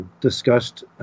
discussed